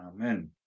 Amen